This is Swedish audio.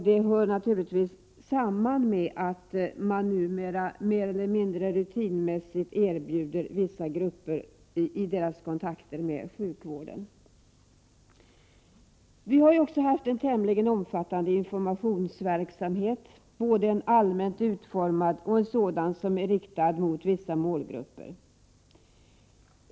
Det beror säkert på att man numera mer eller mindre rutinmässigt erbjuder vissa grupper test vid deras kontakter med sjukvården. Vi har också haft en tämligen omfattande informationsverksamhet, både en allmänt utformad och en som har riktats mot vissa målgrupper.